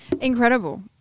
Incredible